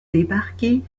débarquer